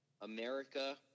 America